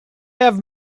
have